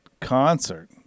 concert